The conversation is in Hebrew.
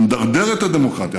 הוא מדרדר את הדמוקרטיה,